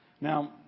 Now